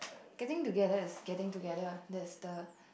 getting together is getting together that's the